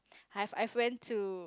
I have I have went to